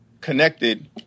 connected